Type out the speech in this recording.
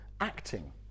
acting